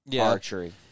archery